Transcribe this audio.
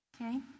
okay